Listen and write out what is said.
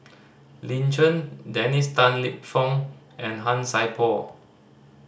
Lin Chen Dennis Tan Lip Fong and Han Sai Por